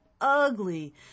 ugly